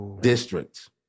District